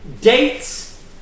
dates